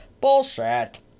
Bullshit